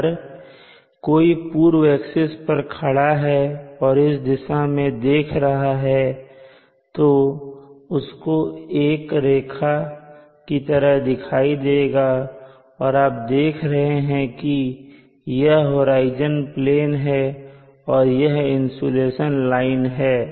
अगर कोई पूर्व एक्सिस पर खड़ा है और इस दिशा में देख रहा है तो उसको एक रेखा की तरह दिखेगा और आप देख रहे हैं यह होराइजन प्लेन है और यह इंसुलेशन लाइन है